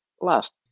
last